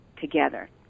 together